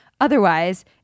otherwise